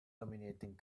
dominating